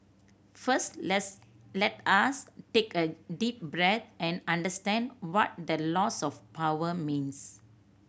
first let's let us take a deep breath and understand what the loss of power means